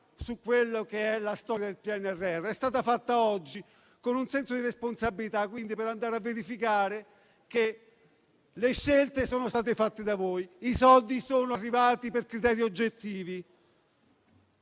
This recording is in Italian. sulla storia del PNRR. È stata fatta oggi, con senso di responsabilità, per andare a verificare che le scelte sono state fatte da voi e i soldi sono arrivati per criteri oggettivi.